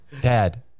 Dad